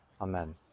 amen